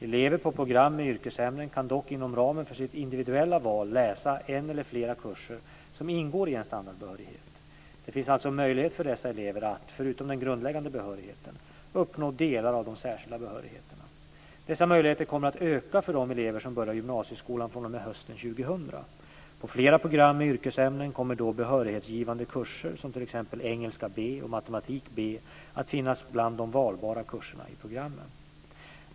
Elever på program med yrkesämnen kan dock inom ramen för sitt individuella val läsa en eller flera kurser som ingår i en standardbehörighet. Det finns alltså möjlighet för dessa elever att, förutom den grundläggande behörigheten, uppnå delar av de särskilda behörigheterna. Dessa möjligheter kommer att öka för de elever som börjar gymnasieskolan fr.o.m. hösten 2000. På flera program med yrkesämnen kommer då behörighetsgivande kurser, som t.ex. engelska B och matematik B, att finnas bland de valbara kurserna i programmet.